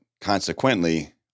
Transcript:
consequently